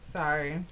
Sorry